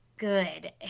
Good